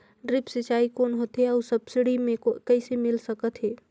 Drip सिंचाई कौन होथे अउ सब्सिडी मे कइसे मिल सकत हे?